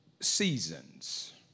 seasons